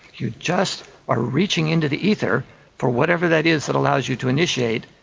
you just are reaching into the ether for whatever that is that allows you to initiate,